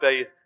faith